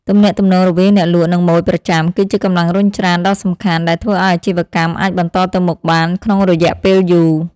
ទំនាក់ទំនងរវាងអ្នកលក់និងម៉ូយប្រចាំ គឺជាកម្លាំងរុញច្រានដ៏សំខាន់ដែលធ្វើឱ្យអាជីវកម្មអាចបន្តទៅមុខបានក្នុងរយៈពេលយូរ។